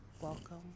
Welcome